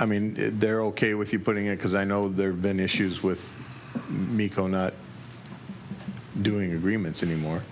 i mean they're ok with you putting it because i know there have been issues with mico not doing agreements anymore